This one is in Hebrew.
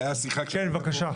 כן, בבקשה.